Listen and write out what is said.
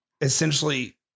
essentially